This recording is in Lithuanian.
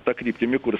ta kryptimi kur